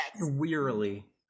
wearily